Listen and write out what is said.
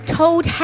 told